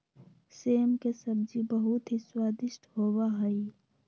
सेम के सब्जी बहुत ही स्वादिष्ट होबा हई